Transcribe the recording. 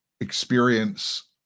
experience